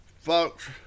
Folks